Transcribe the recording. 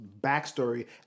backstory